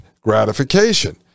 gratification